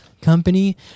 Company